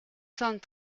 cent